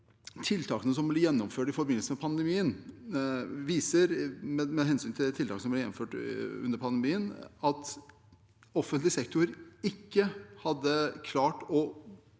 tiltakene som ble gjennomført i forbindelse med pandemien, viser at offentlig sektor ikke hadde klart å